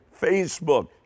Facebook